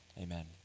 Amen